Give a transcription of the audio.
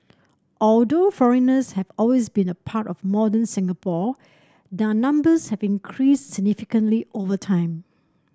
although foreigners have always been a part of modern Singapore their numbers have increased significantly over time